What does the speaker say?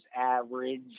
average